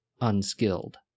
unskilled